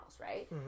right